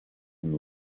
and